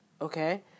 okay